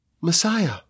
Messiah